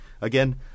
Again